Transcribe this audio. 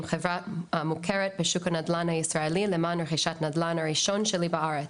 חברה מוכרת בשוק הנדל"ן הישראלי למען רכישת עסקת הנדל"ן הראשונה שלי בארץ.